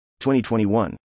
2021